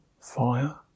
fire